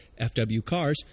FWCars